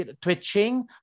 twitching